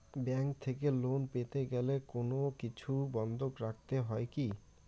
Bank থেকে loan পেতে গেলে কোনো কিছু বন্ধক রাখতে হয় কি?